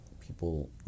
people